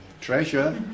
Treasure